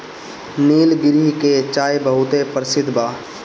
निलगिरी के चाय बहुते परसिद्ध बा